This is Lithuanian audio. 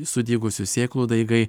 sudygusių sėklų daigai